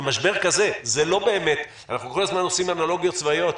במשבר כזה אנחנו כל הזמן עושים אנלוגיות צבאיות,